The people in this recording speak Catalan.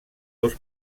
dos